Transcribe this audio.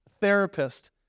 therapist